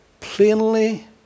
plainly